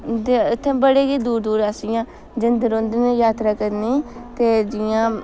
इत्थें बड़ी गै दूर दूर अस इयां जंदे रौंह्दे जात्तरां करने ते जियां